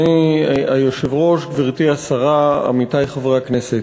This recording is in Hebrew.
אדוני היושב-ראש, גברתי השרה, עמיתי חברי הכנסת,